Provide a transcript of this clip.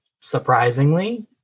surprisingly